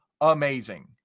amazing